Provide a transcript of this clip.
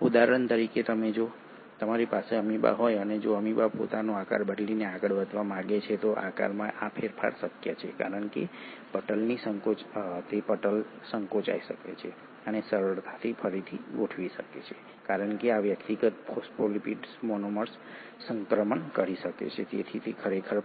ઉદાહરણ તરીકે જો તમારી પાસે અમીબા હોય અને જો અમીબા પોતાનો આકાર બદલીને આગળ વધવા માંગે છે તો આકારમાં આ ફેરફાર શક્ય છે કારણ કે પટલ સંકોચાઈ શકે છે અને સરળતાથી ફરીથી ગોઠવી શકે છે કારણ કે આ વ્યક્તિગત ફોસ્ફોલિપિડ મોનોમર્સ સંક્રમણ કરી શકે છે તેથી તેઓ ખરેખર